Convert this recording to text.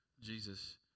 Jesus